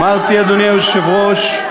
אמרתי, אדוני היושב-ראש,